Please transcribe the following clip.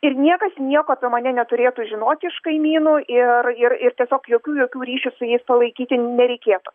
ir niekas nieko apie mane neturėtų žinoti iš kaimynų ir ir ir tiesiog jokių jokių ryšius su jais palaikyti nereikėtų